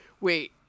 Wait